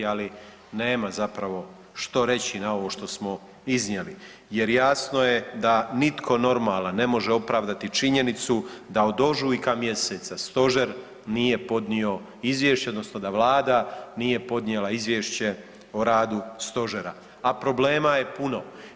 Ali nema zapravo što reći na ovo što smo iznijeli, jer jasno je da nitko normalan ne može opravdati činjenicu da od ožujka mjeseca Stožer nije podnio izvješće odnosno da Vlada nije podnijela Izvješće o radu Stožera, a problema je puno.